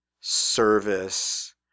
service